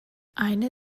eine